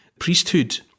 priesthood